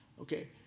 Okay